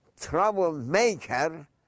troublemaker